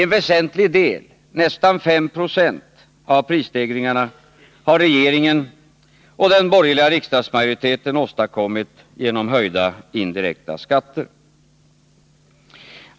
En väsenlig del av prisstegringarna har regeringen och den borgerliga riksdagsmajoriteten åstadkommit genom höjda indirekta skatter.